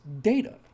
data